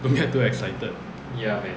don't get too excited